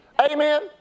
Amen